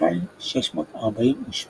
2,648